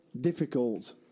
difficult